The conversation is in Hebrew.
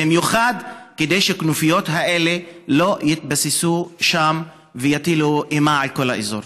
במיוחד כדי שהכנופיות האלה לא יתבססו שם ויטילו אימה על כל האזור?